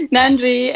Nandri